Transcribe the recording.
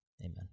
Amen